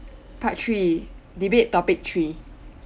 part three debate topic three